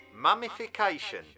Mummification